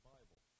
Bible